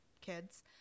kids